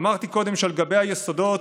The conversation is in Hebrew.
אמרתי קודם שעל גבי היסודות